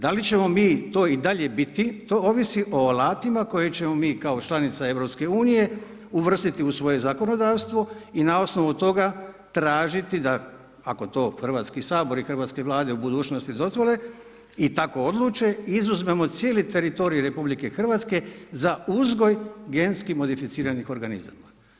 Da li ćemo mi to i dalje biti, to ovisi o alatima, koje ćemo mi kao članica EU, uvrstiti u svoje zakonodavstvo i na osnovu toga, tražiti da ako to Hrvatski sabor i hrvatske vlade u budućnosti dozvole i tako odluče, izuzmemo cijeli teritorij RH, za uzgoj genskim modificiranih organizama.